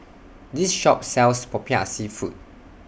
This Shop sells Popiah Seafood